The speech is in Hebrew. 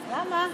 למה?